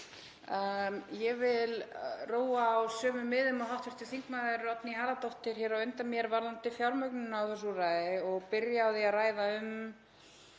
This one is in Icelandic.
Ég vil róa á sömu miðum og hv. þm. Oddný Harðardóttir hér á undan mér varðandi fjármögnun á þessu úrræði og byrja á því að ræða um